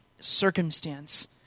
circumstance